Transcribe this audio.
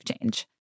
change